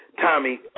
Tommy